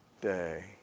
day